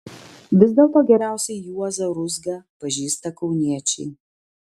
vis dėlto geriausiai juozą ruzgą pažįsta kauniečiai